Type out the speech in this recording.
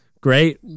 great